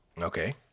Okay